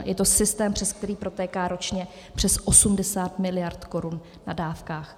Je to systém, přes který protéká ročně přes 80 mld. korun na dávkách.